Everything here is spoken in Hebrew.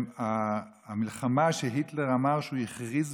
המלחמה שהיטלר אמר שהוא הכריז,